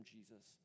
Jesus